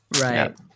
Right